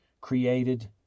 created